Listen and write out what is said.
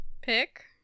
pick